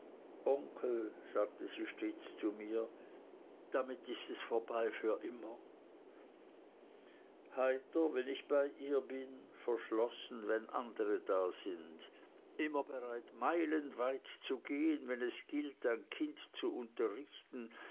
onkel sagt sie stets zu mir damit ist es vorbei für immer heiter wenn ich bei ihr bin verschlossen wenn andere da sind immer bereit meilenweit zu gehen wenn es gilt ein kind zu unterrichten